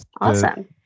awesome